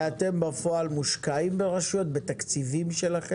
ואתם בפועל מושקעים ברשויות, בתקציבים שלכם?